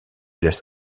laisse